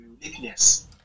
uniqueness